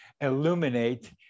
illuminate